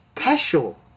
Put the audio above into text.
special